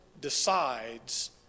decides